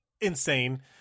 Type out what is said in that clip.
insane